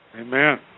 Amen